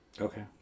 Okay